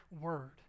word